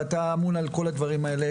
ואתה אמון על כל הדברים האלה,